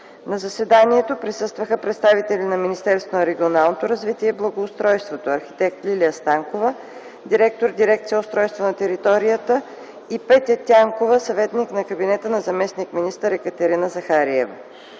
На заседанието присъстваха представители на Министерството на регионалното развитие и благоустройството: арх. Лилия Станкова – директор на дирекция „Устройство на територията” и Петя Тянкова – съветник на кабинета на заместник-министър Екатерина Захариева.